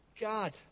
God